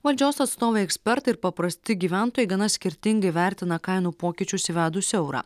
valdžios atstovai ekspertai ir paprasti gyventojai gana skirtingai vertina kainų pokyčius įvedus eurą